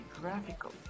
graphical